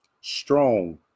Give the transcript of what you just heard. strong